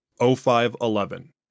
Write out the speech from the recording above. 0511